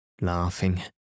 laughing